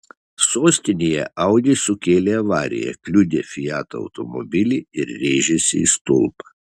sostinėje audi sukėlė avariją kliudė fiat automobilį ir rėžėsi į stulpą